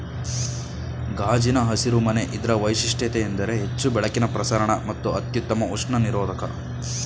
ಗಾಜಿನ ಹಸಿರು ಮನೆ ಇದ್ರ ವೈಶಿಷ್ಟ್ಯತೆಯೆಂದರೆ ಹೆಚ್ಚು ಬೆಳಕಿನ ಪ್ರಸರಣ ಮತ್ತು ಅತ್ಯುತ್ತಮ ಉಷ್ಣ ನಿರೋಧಕ